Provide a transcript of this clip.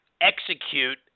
Execute